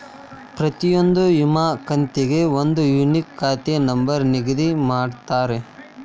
ಪ್ರತಿಯೊಂದ್ ಇ ವಿಮಾ ಖಾತೆಗೆ ಒಂದ್ ಯೂನಿಕ್ ಖಾತೆ ನಂಬರ್ ನಿಗದಿ ಮಾಡಿರ್ತಾರ